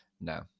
no